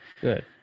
Good